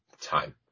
time